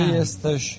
jesteś